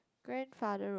grandfather road